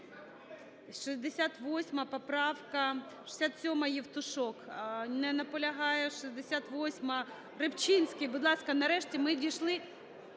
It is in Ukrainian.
68 поправка. 67-а, Євтушок. Не наполягає. 68-а. Рибчинський, будь ласка. Нарешті ми дійшли…